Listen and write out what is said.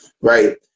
Right